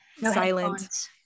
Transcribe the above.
silent